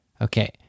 Okay